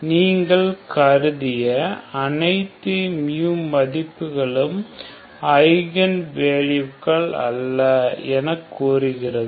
நீங்கள் கருதிய அனைத்து மதிப்புகளும் ஐகன் வேல்யூகள் அல்ல எனக் கூறுகிறது